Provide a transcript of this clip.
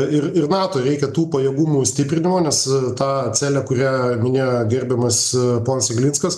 ir ir nato reikia tų pajėgumų stiprinimo nes tą celę kurią minėjo gerbiamas ponas jeglinskas